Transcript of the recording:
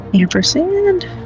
ampersand